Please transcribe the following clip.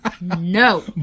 No